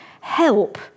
help